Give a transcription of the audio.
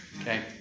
Okay